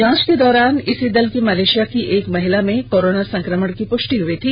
जांच के दौरान इसी दल की मलेषिया की एक महिला में कोरोना संक्रमण की पुष्टि हुई थी